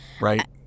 right